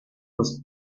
was